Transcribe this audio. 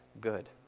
good